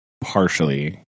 partially